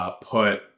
put